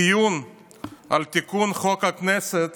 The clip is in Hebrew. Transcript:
הדיון על תיקון חוק הכנסת